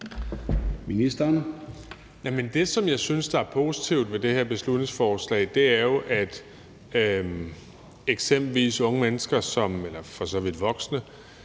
Det, som jeg synes er positivt ved det her beslutningsforslag, er jo, at eksempelvis unge mennesker og for så vidt også